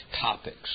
topics